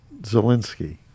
Zelensky